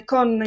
Con